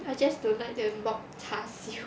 I just don't like the mock char siew